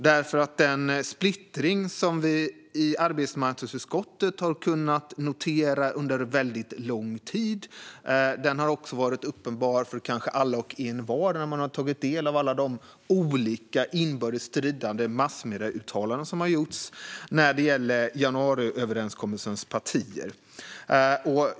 Den splittring vi i arbetsmarknadsutskottet har kunnat notera under väldigt lång tid har kanske varit uppenbar för alla och envar som har tagit del av de olika - och inbördes stridande - massmedieuttalanden som har gjorts från januariöverenskommelsens partier.